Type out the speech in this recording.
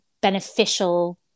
beneficial